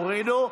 הורידו?